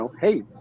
hey